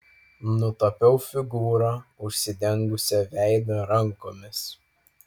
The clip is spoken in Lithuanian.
nutapiau figūrą užsidengusią veidą rankomis